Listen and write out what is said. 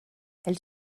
elle